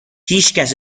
هیچکس